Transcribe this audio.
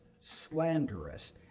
slanderous